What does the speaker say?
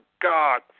God